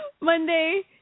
Monday